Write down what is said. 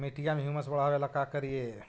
मिट्टियां में ह्यूमस बढ़ाबेला का करिए?